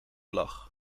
lach